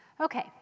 Okay